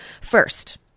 First